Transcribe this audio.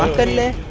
um the live